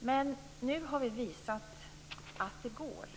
Men nu har vi visat att det går.